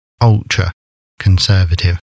ultra-conservative